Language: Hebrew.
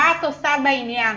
מה את עושה בעניין?